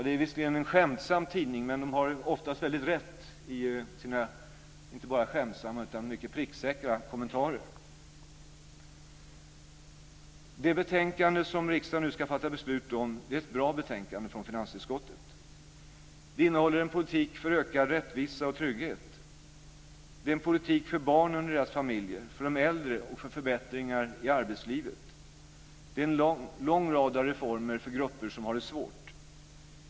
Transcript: Det är visserligen en skämtsam tidning, men de har oftast väldigt rätt i sina, inte bara skämtsamma utan mycket pricksäkra, kommentarer. Det betänkande som riksdagen nu ska fatta beslut om är ett bra betänkande från finansutskottet. Det innehåller en politik för ökad rättvisa och trygghet. Det är en politik för barnen och deras familjer, för de äldre och för förbättringar i arbetslivet. Den innehåller en lång rad reformer för grupper som har det svårt.